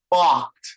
Fucked